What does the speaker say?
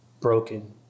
broken